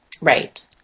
right